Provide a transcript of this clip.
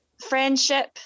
friendship